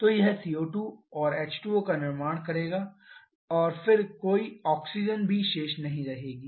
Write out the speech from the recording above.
तो यह CO2 और H2O का निर्माण करेगा और फिर कोई ऑक्सीजन भी शेष नहीं रहेगी